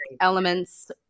elements